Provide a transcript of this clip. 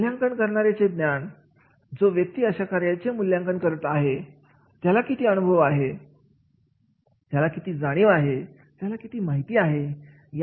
मूल्यांकन करणार याचे ज्ञान जो व्यक्ती अशा कार्याचे मूल्यमापन करत आहे त्याला किती अनुभव आहे त्याला किती जाणीव आहे त्याला किती माहिती आहे